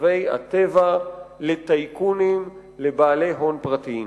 מחצבי הטבע, לטייקונים, לבעלי הון פרטיים.